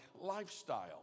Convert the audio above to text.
lifestyle